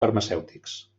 farmacèutics